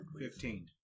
Fifteen